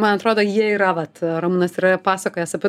man atrodo jie yra vat ramūnas yra pasakojęs apie